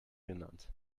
genannt